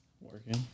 Working